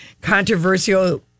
controversial